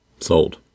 Sold